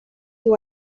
you